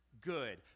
good